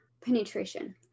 penetration